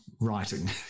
writing